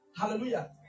hallelujah